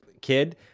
kid